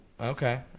Okay